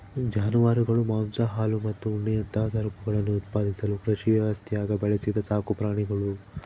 ಜಾನುವಾರುಗಳು ಮಾಂಸ ಹಾಲು ಮತ್ತು ಉಣ್ಣೆಯಂತಹ ಸರಕುಗಳನ್ನು ಉತ್ಪಾದಿಸಲು ಕೃಷಿ ವ್ಯವಸ್ಥ್ಯಾಗ ಬೆಳೆಸಿದ ಸಾಕುಪ್ರಾಣಿಗುಳು